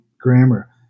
grammar